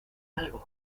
algo